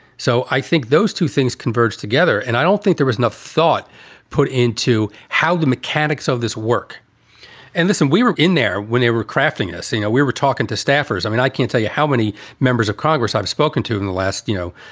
so i think those two things converged together. and i don't think there was enough thought put into how the mechanics of this work and this and we were in there when they were crafting us. you know, we were talking to staffers. i mean, i can't tell you how many members of congress i've spoken to in the last, you know,